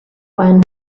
when